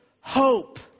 hope